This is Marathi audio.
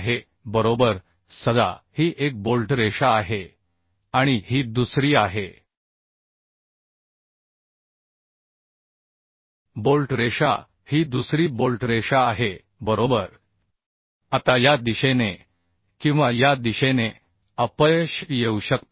आहे बरोबर समजा ही एक बोल्ट रेषा आहे आणि ही दुसरी आहे बोल्ट रेषा ही दुसरी बोल्ट रेषा आहे बरोबर आता या दिशेने किंवा या दिशेने अपयश येऊ शकते